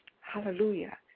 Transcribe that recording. hallelujah